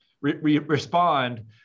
respond